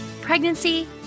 pregnancy